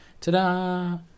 ta-da